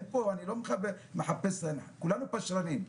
כולנו פשרנים,